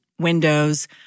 windows